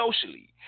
socially